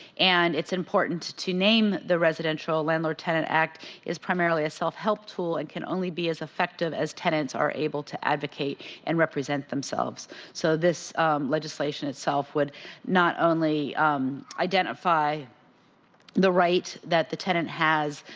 and it's important to name the residential landlord tenant act is primarily a self help tool and can only be as effective as tenants are able to advocate and represent themselves so this legislation itself would not only identify the right that the tenant has